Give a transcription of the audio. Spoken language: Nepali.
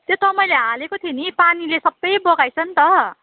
त्यो त मैले हालेको थिएँ नि पानीले सबै बगाएछ नि त